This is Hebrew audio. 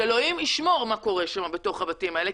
שאלוקים ישמור מה קורה שם בתוך הבתים האלה,